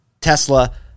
Tesla